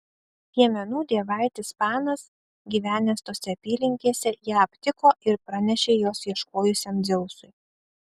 piemenų dievaitis panas gyvenęs tose apylinkėse ją aptiko ir pranešė jos ieškojusiam dzeusui